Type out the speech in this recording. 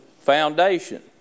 Foundation